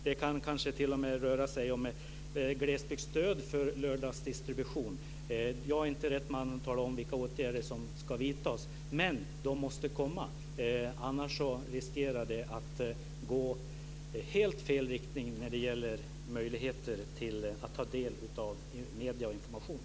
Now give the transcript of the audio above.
Det kan kanske t.o.m. röra sig om ett glesbygdsstöd för lördagsdistribution. Jag är inte rätt man att tala om vilka åtgärder som ska vidtas, men de måste komma - annars riskerar det att gå i helt fel riktning när det gäller möjligheterna att ta del av medier och information.